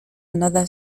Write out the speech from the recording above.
another